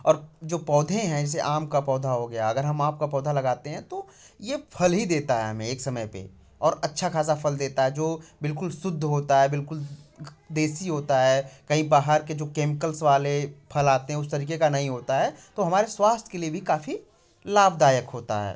और जो पौधे हैं जैसे आम का पौधा हो गया अगर हम आम का पौधा लगाते हैं तो ये फल ही देता है हमें एक समय पे और अच्छा खासा फल देता है जो बिल्कुल शुद्ध होता है बिल्कुल देशी होता है कई बाहर के जो केमिकल्स वाले फल आते हैं उस तरीके का नहीं होता है तो हमारे स्वास्थ्य के लिए भी काफ़ी लाभदायक होता है